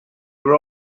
were